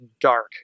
dark